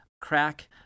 crack